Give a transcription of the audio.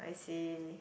I see